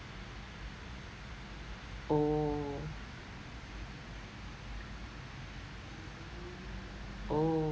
oh oh